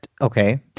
okay